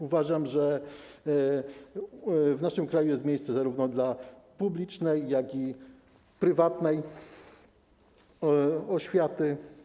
Uważam, że w naszym kraju jest miejsce zarówno dla publicznej, jak i dla prywatnej oświaty.